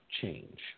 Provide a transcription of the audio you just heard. change